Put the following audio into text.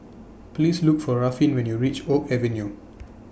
Please Look For Ruffin when YOU REACH Oak Avenue